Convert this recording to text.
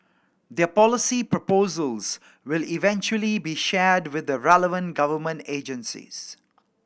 their policy proposals will eventually be shared with the relevant government agencies